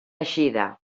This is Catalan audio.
eixida